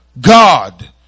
God